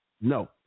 No